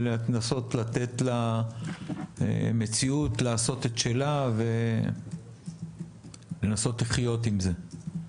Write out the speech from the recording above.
ולנסות לתת מציאות לעשות את שלה ולנסות לחיות עם זה.